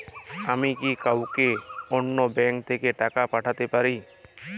আমি কি কাউকে অন্য ব্যাংক থেকে টাকা পাঠাতে পারি?